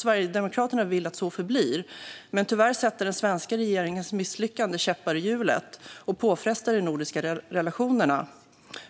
Sverigedemokraterna vill att det förblir så, men tyvärr sätter den svenska regeringens misslyckande käppar i hjulet och påfrestar de nordiska relationerna.